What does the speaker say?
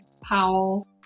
Powell